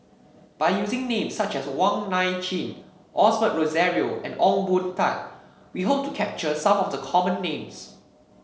by using names such as Wong Nai Chin Osbert Rozario and Ong Boon Tat we hope to capture some of the common names